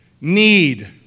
need